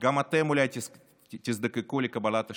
גם אתם אולי תזדקקו לקבלת השירות,